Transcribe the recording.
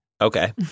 Okay